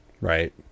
right